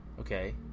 okay